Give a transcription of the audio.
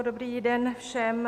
Dobrý den všem.